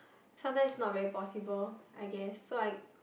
sometimes not very possible I guess so I